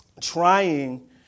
trying